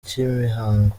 cy’imihango